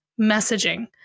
messaging